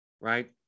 right